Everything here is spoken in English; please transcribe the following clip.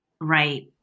right